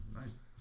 Nice